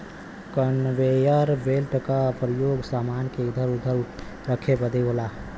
conveyor belt क परयोग समान के इधर उधर रखे बदे होला